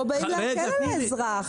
פה באים להקל על האזרח.